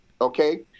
okay